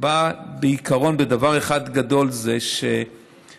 באה בעיקרון בדבר אחד גדול, שהוא שאדם